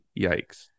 yikes